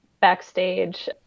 backstage